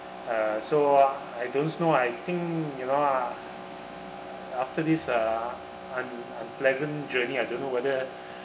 uh so I don't know I think you know uh after this uh un~ un~ unpleasant journey I don't know whether